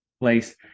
place